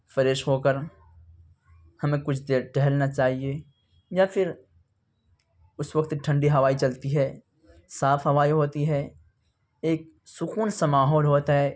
fresh ہو کر ہمیں کچھ دیر ٹہلنا چاہیے یا پھر اس وقت ٹھنڈی ہوائیں چلتی ہے صاف ہوائیں ہوتی ہے ایک سکون سا ماحول ہوتا ہے